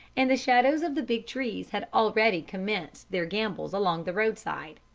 and the shadows of the big trees had already commenced their gambols along the roadside.